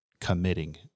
committing